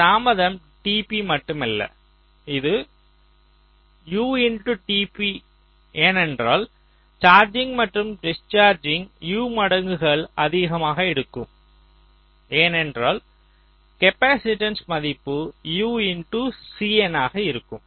இந்த தாமதம் tp மட்டுமல்ல இது Utp ஏனென்றால் சார்ஜிங் மற்றும் டிஸ்சார்ஜிங் U மடங்குகள் அதிகமாக எடுக்கும் ஏனென்றால் காப்பாசிட்டன்ஸ் மதிப்பு UCin ஆக இருக்கும்